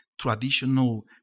traditional